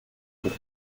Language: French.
pour